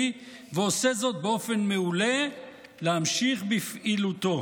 ועושה זאת באופן מעולה להמשיך בפעילותו".